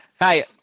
Hi